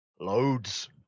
Loads